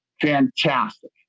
fantastic